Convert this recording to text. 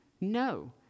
No